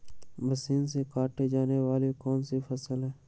Machine से काटे जाने वाली कौन सी फसल है?